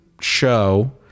show